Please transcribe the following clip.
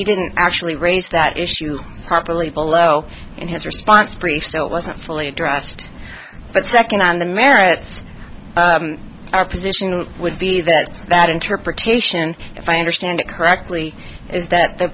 he didn't actually raise that issue properly below in his response brief so it wasn't fully addressed but second on the merits our position would be that that interpretation if i understand it correctly is that the